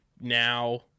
now